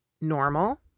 Normal